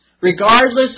regardless